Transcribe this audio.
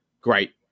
great